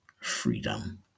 freedom